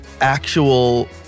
actual